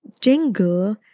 jingle